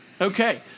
Okay